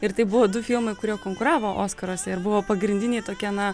ir tai buvo du filmai kurie konkuravo oskaruose buvo pagrindiniai tokie na